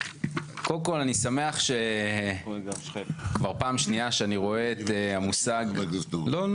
קודם כל אני שמח שכבר פעם שנייה שאני רואה את המושג לא,